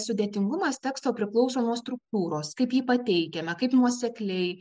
sudėtingumas teksto priklauso nuo struktūros kaip ji pateikiama kaip nuosekliai